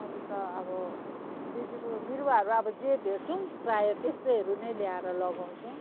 अरू त अब बिजहरू बिरुवाहरू अब जे भेट्छौँ प्रायः त्यस्तैहरू नै ल्याएर लगाउँछौँ